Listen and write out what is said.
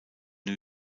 new